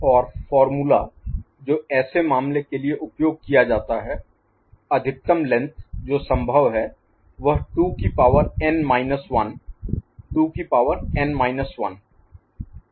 और formula Formula सूत्र जो ऐसे मामले के लिए उपयोग किया जाता है अधिकतम लेंथ जो संभव है वह 2 की पावर एन माइनस 1 2 की पावर एन माइनस 1